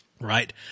right